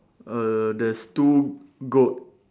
err there's two goat